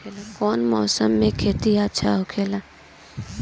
कौन मौसम मे खेती अच्छा होला?